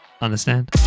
Understand